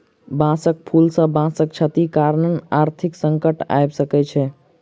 बांसक फूल सॅ बांसक क्षति कारण आर्थिक संकट आइब सकै छै